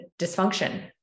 dysfunction